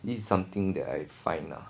this is something that I find lah